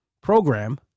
program